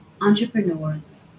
entrepreneurs